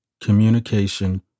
communication